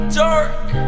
dark